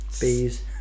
Bees